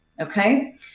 okay